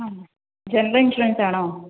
ആണോ general insurance ആണോ